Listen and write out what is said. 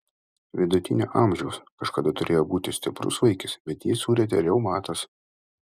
vidutinio amžiaus kažkada turėjo būti stiprus vaikis bet jį surietė reumatas